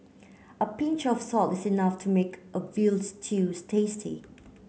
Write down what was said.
a pinch of salt is enough to make a veal stew tasty